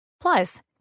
Plus